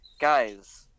Guys